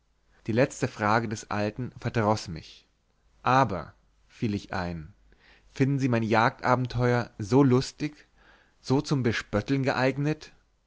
die letzte frage des alten verdroß mich aber fiel ich ein finden sie mein jagdabenteuer so lustig so zum bespötteln geeignet